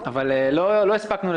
אבל לא הספקנו,